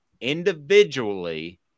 individually